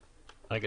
רגע,